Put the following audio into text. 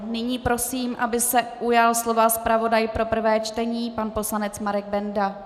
Nyní prosím, aby se ujal slova zpravodaj pro prvé čtení pan poslanec Marek Benda.